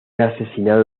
asesinado